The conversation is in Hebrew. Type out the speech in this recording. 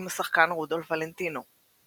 עם השחקן רודולף ולנטינו.